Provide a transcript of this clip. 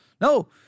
no